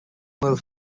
bhfuil